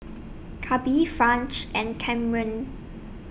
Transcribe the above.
Clabe French and Kamren